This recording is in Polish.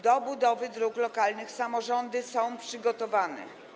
Do budowy dróg lokalnych samorządy są przygotowane.